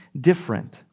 different